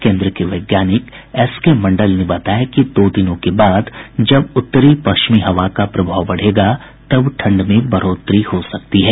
केन्द्र के वैज्ञानिक एस के मंडल ने बताया कि दो दिनों के बाद जब उत्तरी पश्चिमी हवा का प्रभाव बढ़ेगा तब ठंड में बढ़ोतरी हो सकती है